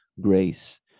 grace